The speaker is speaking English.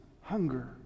hunger